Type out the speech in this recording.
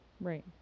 Right